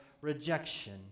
rejection